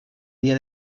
dia